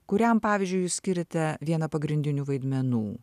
kuriam pavyzdžiui jūs skiriate vieną pagrindinių vaidmenų